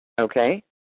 Okay